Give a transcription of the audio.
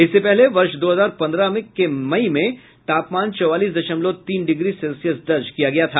इससे पहले वर्ष दो हजार पंद्रह में मई में तापमान चौवालीस दशमलव तीन डिग्री सेल्सियस दर्ज किया गया था